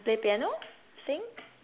mm play piano sing